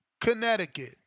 Connecticut